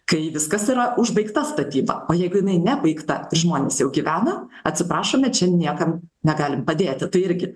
kai viskas yra užbaigta statyba o jeigu jinai nebaigta žmonės jau gyvena atsiprašome čia jau niekam negalim padėti tai irgi